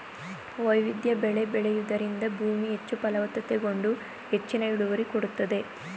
ವೈವಿಧ್ಯ ಬೆಳೆ ಬೆಳೆಯೂದರಿಂದ ಭೂಮಿ ಹೆಚ್ಚು ಫಲವತ್ತತೆಗೊಂಡು ಹೆಚ್ಚಿನ ಇಳುವರಿ ಕೊಡುತ್ತದೆ